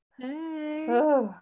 Hey